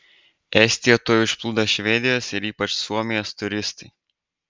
estiją tuoj užplūdo švedijos ir ypač suomijos turistai